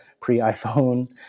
pre-iphone